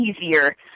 easier